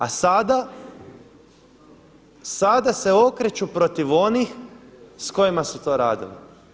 A sada, sada se okreću protiv onih s kojima su to radili.